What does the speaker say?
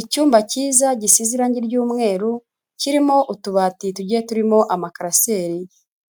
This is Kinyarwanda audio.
Icyumba kiza gisize irangi ry'umweru kirimo utubati tugiye turimo amakaraseri.